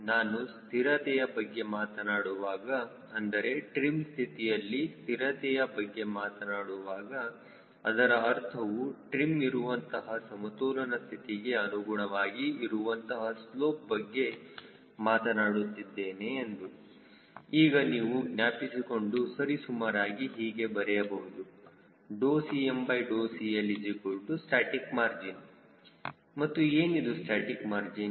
ನಾನು ಸ್ಥಿರತೆಯ ಬಗ್ಗೆ ಮಾತನಾಡುವಾಗ ಅಂದರೆ ಟ್ರಿಮ್ ಸ್ಥಿತಿಯಲ್ಲಿ ಸ್ಥಿರತೆಯ ಬಗ್ಗೆ ಮಾತನಾಡುವಾಗ ಅದರ ಅರ್ಥವು ಟ್ರಿಮ್ ಇರುವಂತಹ ಸಮತೋಲನ ಸ್ಥಿತಿಗೆ ಅನುಗುಣವಾಗಿ ಇರುವಂತಹ ಸ್ಲೋಪ್ ಬಗ್ಗೆ ಮಾತನಾಡುತ್ತಿದ್ದೇನೆ ಎಂದು ಈಗ ನೀವು ಜ್ಞಾಪಿಸಿಕೊಂಡು ಸರಿಸುಮಾರಾಗಿ ಹೀಗೆ ಬರೆಯಬಹುದು CmCLstatic margin ಮತ್ತು ಏನಿದು ಸ್ಟಾಸ್ಟಿಕ್ ಮಾರ್ಜಿನ್